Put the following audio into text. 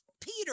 Peter